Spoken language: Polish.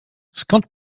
skąd